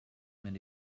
when